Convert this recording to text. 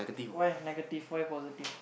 why you negative why you positive